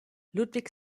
ludwig